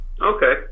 Okay